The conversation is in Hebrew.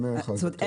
אני